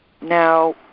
Now